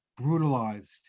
brutalized